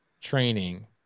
training